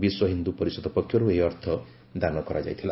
ବିଶ୍ୱହିନ୍ଦୁ ପରିଷଦ ପକ୍ଷରୁ ଏହି ଅର୍ଥ ଦାନ କରାଯାଇଥିଲା